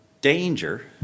danger